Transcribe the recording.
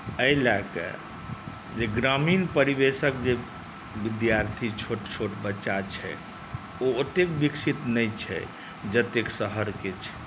एहि लए कऽ जे ग्रामीण परिवेशक जे विद्यार्थी छोट छोट बच्चा छै ओ ओतेक विकसित नहि छै जतेक शहरके छै